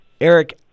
Eric